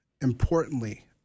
importantly